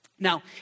Now